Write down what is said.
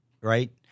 right